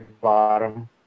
bottom